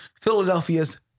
Philadelphia's